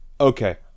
Okay